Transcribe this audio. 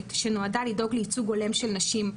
שנועדה לדאוג לייצוג הולם של נשים.